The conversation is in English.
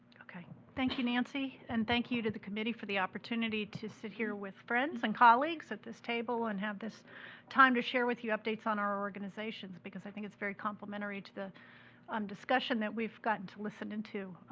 thank you nancy, and thank you to the committee for the opportunity to sit here with friends and colleagues at this table and have this time to share with you updates on our organizations, because i think it's very complimentary to the um discussion that we've gotten in to listen into,